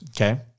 Okay